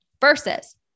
versus